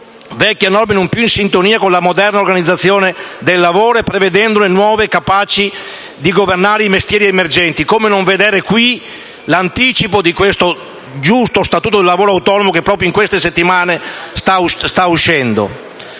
vecchie norme non più in sintonia con la moderna organizzazione del lavoro e prevedendone delle nuove capaci di governare i mestieri emergenti...». Come non vedere qui l'anticipo di quel giusto statuto del lavoro autonomo che proprio in queste settimane sta uscendo?